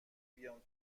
بیام